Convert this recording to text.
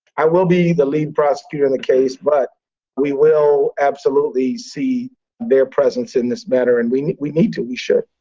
i will be the lead prosecutor on the case, but we will absolutely see their presence in this matter. and we need we need to. we should.